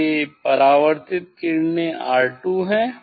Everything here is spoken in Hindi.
ये परावर्तित किरणें R2 है